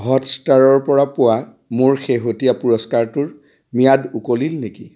হটষ্টাৰৰপৰা পোৱা মোৰ শেহতীয়া পুৰস্কাৰটোৰ ম্যাদ উকলিল নেকি